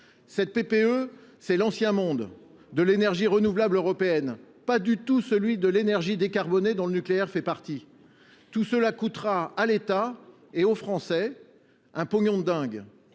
Cette politique, c’est l’ancien monde, celui de l’énergie renouvelable européenne, ce n’est pas du tout le monde de l’énergie décarbonée, dont le nucléaire fait partie. Tout cela coûtera à l’État et aux Français « un pognon de dingue